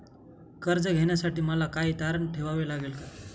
कर्ज घेण्यासाठी मला काही तारण ठेवावे लागेल का?